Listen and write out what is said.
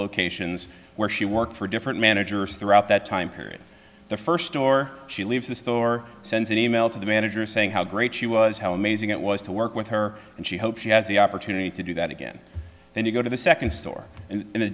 locations where she worked for different managers throughout that time period the first store she leaves the store sends an email to the manager saying how great she was how amazing it was to work with her and she hopes she has the opportunity to do that again then you go to the second store in